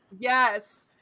Yes